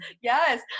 Yes